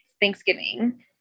Thanksgiving